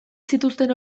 zituzten